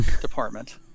department